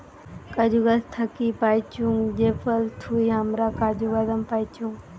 কাজু গাছ থাকি পাইচুঙ যে ফল থুই হামরা কাজু বাদাম পাইচুং